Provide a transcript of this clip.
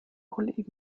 kollegen